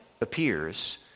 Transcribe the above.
appears